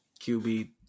QB